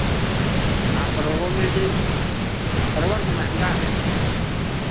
हाँ परवल मिल जाई परवल अभी महंगा है